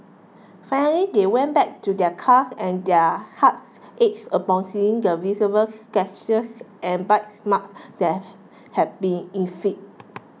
finally they went back to their car and their hearts ached upon seeing the visible scratches and bite marks that had been inflicted